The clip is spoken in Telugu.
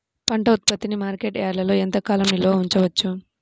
పంట ఉత్పత్తిని మార్కెట్ యార్డ్లలో ఎంతకాలం నిల్వ ఉంచవచ్చు?